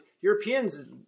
Europeans